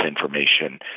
information